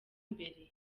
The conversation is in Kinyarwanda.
imbere